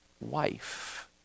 wife